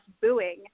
booing